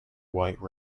white